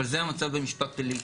אבל זה המצב במשפט פלילי.